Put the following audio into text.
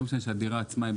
הדירה עצמה,